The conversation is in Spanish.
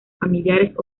familiares